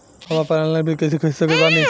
हम ऑनलाइन बीज कइसे खरीद सकत बानी?